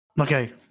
Okay